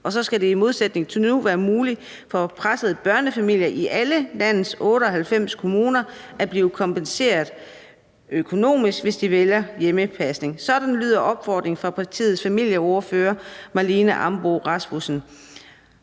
Og så skal det – i modsætning til nu – være muligt for pressede børnefamilier i alle landets 98 kommuner at blive kompenseret økonomisk, hvis de vælger hjemmepasning. Sådan lyder opfordringen fra partiets familieordfører, Marlene Ambo-Rasmussen